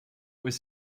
was